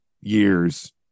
years